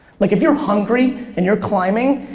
like, if you're hungry and you're climbing,